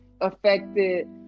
affected